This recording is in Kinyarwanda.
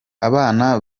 abana